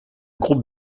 groupe